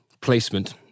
placement